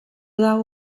dago